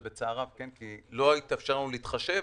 להתחשב,